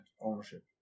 ownership